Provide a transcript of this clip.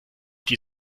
die